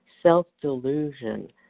self-delusion